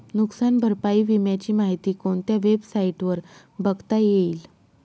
नुकसान भरपाई विम्याची माहिती कोणत्या वेबसाईटवर बघता येईल?